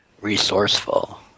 Resourceful